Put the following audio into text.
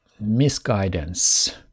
misguidance